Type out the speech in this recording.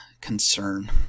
concern